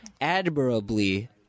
Admirably